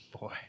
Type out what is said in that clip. boy